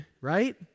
right